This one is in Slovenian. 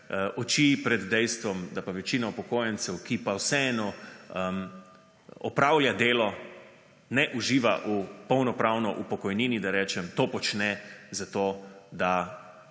oči pred dejstvom, da pa večina upokojencev, ki pa vseeno opravlja delo, ne uživa polnopravno v pokojnini, da rečem, to počne zato, da